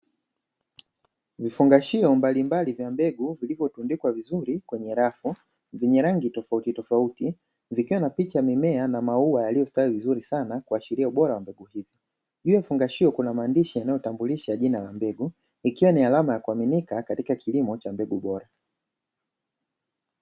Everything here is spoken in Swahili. Vifungashio mbalimbali vya mbegu vilivyotundikwa vizuri kwenye rafu vyenye rangi tofautitofauti, zikiwa na picha ya mimea na maua yaliyostawi vizuri sana kuashiria ubora wa mbegu hizi; juu ya fungashio kuna maandishi yanayotambulisha jina la mbegu, ikiwa ni alama ya kuaminika katika kilimo cha mbegu bora.